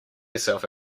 yourself